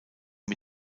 mit